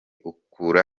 ukura